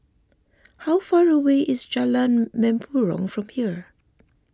how far away is Jalan Mempurong from here